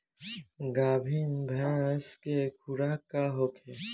गाभिन भैंस के खुराक का होखे?